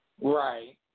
Right